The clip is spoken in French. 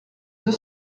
deux